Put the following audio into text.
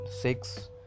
six